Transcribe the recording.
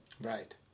right